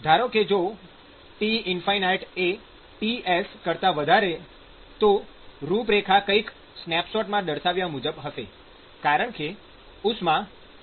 ધારો કે જો T ͚ Ts તો રૂપરેખા કઈક સ્નેપશોટમાં દર્શાવ્યા મુજબ હશે કારણ કે ઉષ્મા પ્રવાહીમાંથી ઘન તરફ જઇ રહી છે